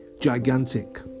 gigantic